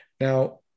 Now